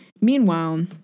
Meanwhile